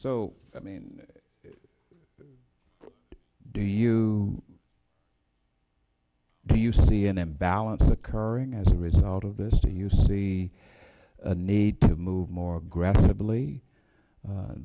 so i mean do you do you see an imbalance occurring as a result of this do you see a need to move more aggressively